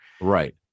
Right